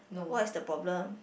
what is the problem